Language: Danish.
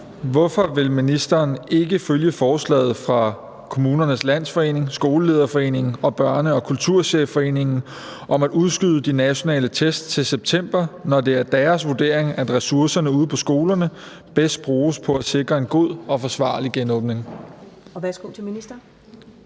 Hvorfor vil ministeren ikke følge forslaget fra KL, Skolelederforeningen og Børne- og Kulturchefforeningen om at udskyde de nationale test til september, når det er deres vurdering, at ressourcerne ude på skolerne bedst bruges på at sikre en god og forsvarlig genåbning? Kl. 16:19 Første